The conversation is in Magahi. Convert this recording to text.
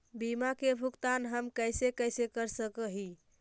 बीमा के भुगतान हम कैसे कैसे कर सक हिय?